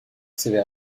sévère